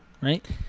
right